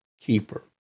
keeper